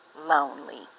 Lonely